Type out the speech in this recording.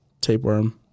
tapeworm